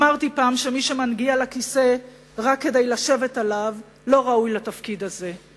אמרתי פעם שמי שמגיע לכיסא רק כדי לשבת עליו לא ראוי לתפקיד הזה.